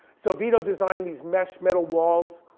so vito designed these mesh metal walls.